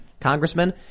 congressman